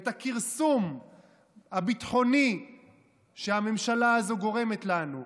את הכרסום הביטחוני שהממשלה הזאת גורמת לנו,